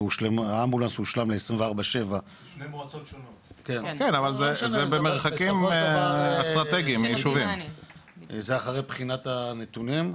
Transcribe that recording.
והאמבולנס ל- 24/7. זה אחרי בחינת הנתונים,